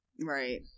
Right